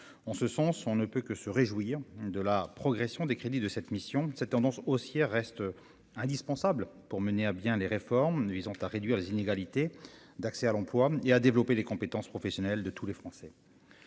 on se sont sont ne peut que se réjouir de la progression des crédits de cette mission, cette tendance haussière reste indispensable pour mener à bien les réformes visant à réduire les inégalités d'accès à l'emploi et à développer les compétences professionnelles de tous les Français.